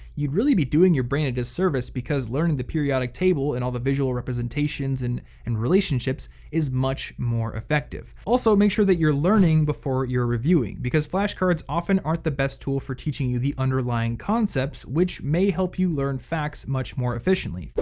you'd really be doing your brain a disservice because learning the periodic table and all the visual representations and and relationships is much more effective. also, make sure that you're learning before you're reviewing because flashcards often aren't the best tool for teaching you the underlying concepts, which may help you learn facts much more efficiently.